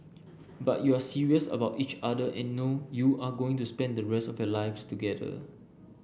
but you're serious about each other and know you're going to spend the rest of your lives together